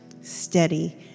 steady